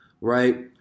right